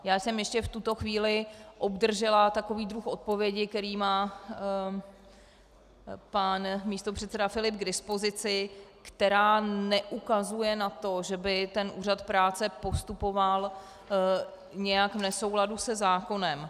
Já jsem ještě v tuto chvíli obdržela takový druh odpovědi, který má pan místopředseda Filip k dispozici, která neukazuje na to, že by úřad práce postupoval nějak v nesouladu se zákonem.